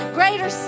greater